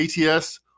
ATS